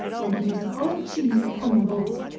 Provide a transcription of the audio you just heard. when he used holland cheese for cannon balls.